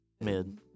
Mid